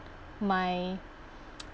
my